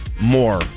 more